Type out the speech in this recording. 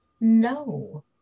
No